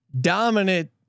dominant